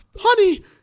honey